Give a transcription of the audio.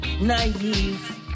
naive